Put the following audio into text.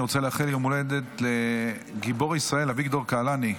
אני רוצה לאחל ליום ההולדת לגיבור ישראל אביגדור קהלני,